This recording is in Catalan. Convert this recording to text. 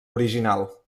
original